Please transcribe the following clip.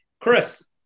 Chris